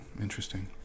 interesting